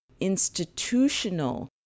institutional